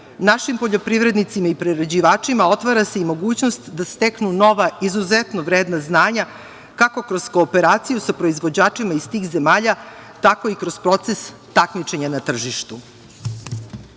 našim poljoprivrednicima i prerađivačima otvara se i mogućnost da steknu nova izuzetno vredna znanja, kako kroz kooperaciju sa proizvođačima iz tih zemalja, tako i kroz proces takmičenja na tržištu. Sa